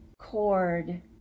cord